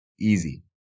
easy